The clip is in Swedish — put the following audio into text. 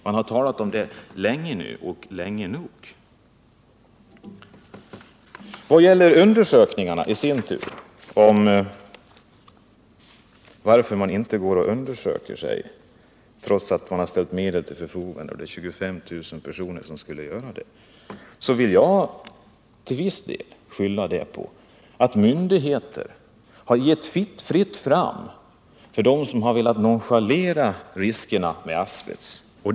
Det har talats om detta länge nu — länge nog. Att arbetare inte går och undersöker sig trots att det ställts medel till förfogande — det skulle gälla 25 000 personer — vill jag till viss del skylla på att myndigheter har gett fritt spelrum för dem som velat nonchalera riskerna med asbest.